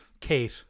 Kate